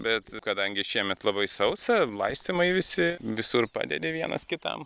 bet kadangi šiemet labai sausa laistymai visi visur padedi vienas kitam